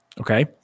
okay